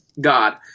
God